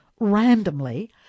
randomly